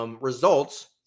results